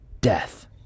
death